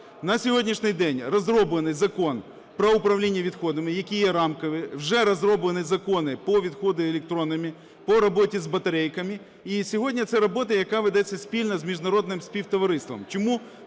На сьогоднішній день розроблений Закон про управління відходами, який є рамковий. Вже розроблені закони по відходах електронним, по роботі з батарейками. І сьогодні це робота, яка ведеться спільно з міжнародним співтовариством.